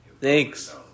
Thanks